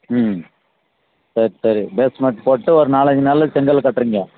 ம் சரி சரி பேஸ்மெண்ட் போட்டு ஒரு நாலஞ்சு நாளில் செங்கல் கட்டுறிங்க